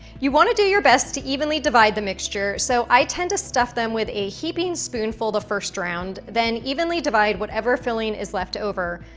you want to do your best to evenly divide the mixture, so i tend to stuff them with a heaping spoonful the first round, then evenly divide whatever filling is left over.